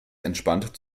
entspannt